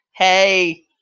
Hey